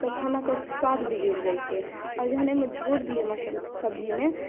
तऽ खानाके स्वाद बिगड़ि जाइत छै आओर जखन ओहिमे झोर दियौ सब्जीमे